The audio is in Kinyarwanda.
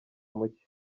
muke